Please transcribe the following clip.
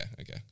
Okay